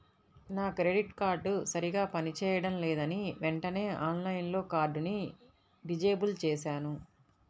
నా credit card సరిగ్గా పని చేయడం లేదని వెంటనే ఆన్లైన్లో కార్డుని డిజేబుల్ చేశాను